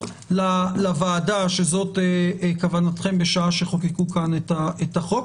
לוועדה שזאת כוונתכם בשעה שחוקקו כאן את החוק.